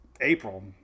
april